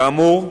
כאמור,